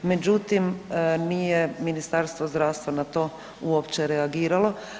Međutim, nije Ministarstvo zdravstva na to uopće reagiralo.